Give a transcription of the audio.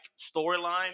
storyline